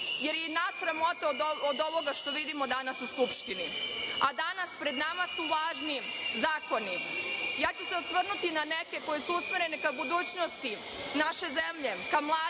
je i nas sramota od ovoga što vidimo danas u Skupštini, a danas su pred nama su važni zakoni. Ja ću se osvrnuti na neke koji su usmerene ka budućnosti naše zemlje, ka mladima